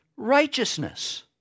righteousness